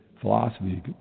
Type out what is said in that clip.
philosophy